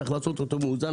צריך לעשות אותו מאוזן.